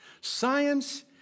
Science